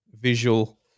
visual